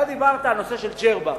אתה דיברת על ג'רבה.